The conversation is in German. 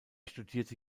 studierte